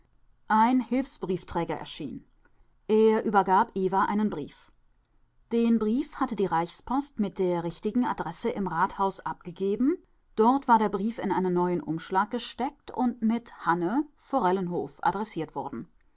ein hilfsbriefträger erschien er übergab eva einen brief den brief hatte die reichspost mit der richtigen adresse im rathaus abgegeben dort war der brief in einen neuen umschlag gesteckt und mit hanne forellenhof adressiert worden